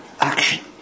action